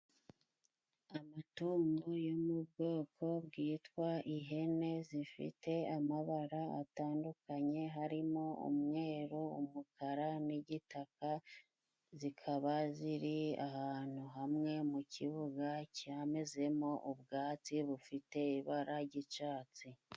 Amatungo yo mu bwoko bwitwa ihene zifite amabara atandukanye， harimo umweru， umukara， n'igitaka， zikaba ziri ahantu hamwe， mu kibuga cyamezemo ubwatsi bufite ibara ry’icatsi.